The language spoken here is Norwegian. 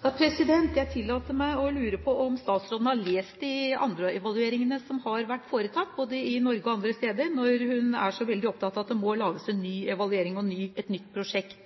Jeg tillater meg å lure på om statsråden har lest de andre evalueringene som har vært foretatt, både i Norge og andre steder, når hun er så veldig opptatt av at det må lages en ny evaluering og et nytt prosjekt.